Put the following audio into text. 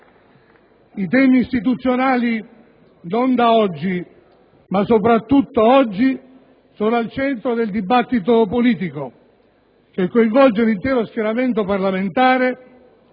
I temi istituzionali, non da oggi ma soprattutto oggi, sono al centro del dibattito politico che coinvolge l'intero schieramento parlamentare;